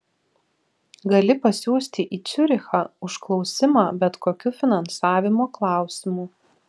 gali pasiųsti į ciurichą užklausimą bet kokiu finansavimo klausimu